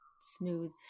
smooth